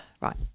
Right